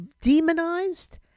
demonized